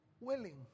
willing